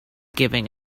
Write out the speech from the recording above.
giving